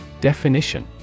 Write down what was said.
Definition